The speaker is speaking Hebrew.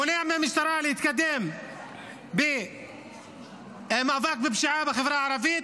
מונע מהמשטרה להתקדם במאבק בפשיעה בחברה הערבית,